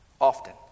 often